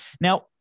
Now